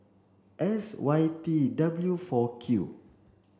S Y T W four Q